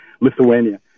Lithuania